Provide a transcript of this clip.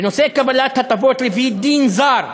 בנושא קבלת הטבות לפי דין זר,